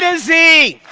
ah z